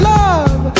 love